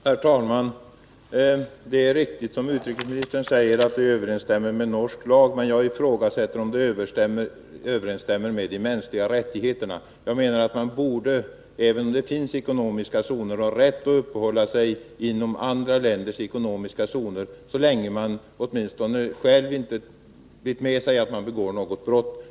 Herr talman! Det är riktigt som utrikesministern säger att ingripandet och påföljden överensstämmer med norsk lag, men jag ifrågasätter om dessa åtgärder är förenliga med de mänskliga rättigheterna. Jag menar att man borde ha rätt att uppehålla sig inom andra länders ekonomiska zoner, så länge man själv vet med sig att man inte begår något brott.